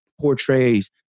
portrays